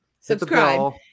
Subscribe